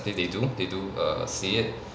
they do they do err see it